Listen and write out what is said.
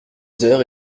heures